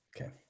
okay